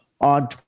on